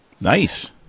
Nice